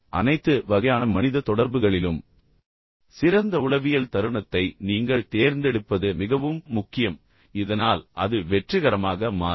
எனவே அனைத்து வகையான மனித தொடர்புகளிலும் சிறந்த உளவியல் தருணத்தை நீங்கள் தேர்ந்தெடுப்பது மிகவும் முக்கியம் இதனால் அது வெற்றிகரமாக மாறும்